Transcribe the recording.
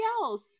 else